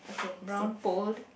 brown pole